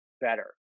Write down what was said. better